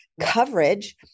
coverage